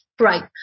Right